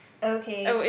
okay